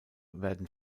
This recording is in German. werden